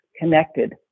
connected